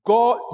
God